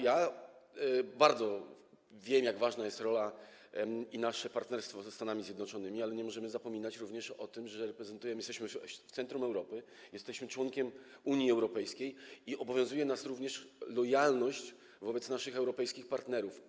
Ja wiem, jak ważna jest rola, jak ważne jest nasze partnerstwo ze Stanami Zjednoczonymi, ale nie możemy zapominać również o tym, że jesteśmy w centrum Europy, jesteśmy członkiem Unii Europejskiej i obowiązuje nas również lojalność wobec naszych europejskich partnerów.